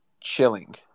chilling